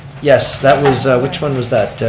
yes, that was, which one was that?